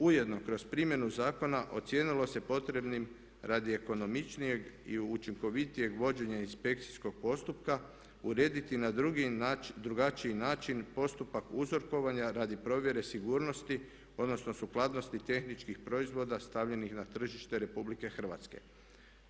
Ujedno kroz primjenu zakona ocijenilo se potrebnim radi ekonomičnijeg i učinkovitijeg vođenja inspekcijskog postupka urediti na drugi način, drugačiji način postupak uzorkovanja radi provjere sigurnosti, odnosno sukladnosti tehničkih proizvoda stavljenih na tržište Republike Hrvatske.